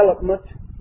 development